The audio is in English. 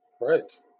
Right